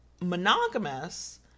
monogamous